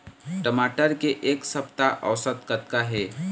टमाटर के एक सप्ता औसत कतका हे?